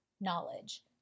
knowledge